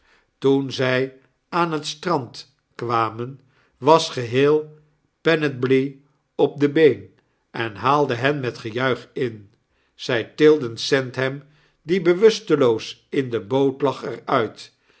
toen zy aari het strand kwamen was geheel p e op de been en haalde hen met gejuich in zy tilden sandham die bewusteioos in de boot lag er